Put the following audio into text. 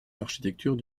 l’architecture